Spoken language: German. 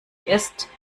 ist